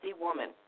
woman